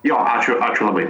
jo ačiū ačiū labai